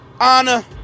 honor